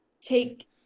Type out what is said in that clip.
take